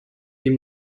dem